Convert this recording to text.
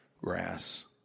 grass